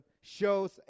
shows